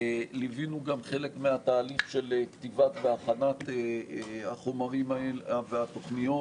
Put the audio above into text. ליווינו גם חלק מהתהליך של כתיבת והכנת החומרים והתוכניות,